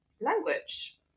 language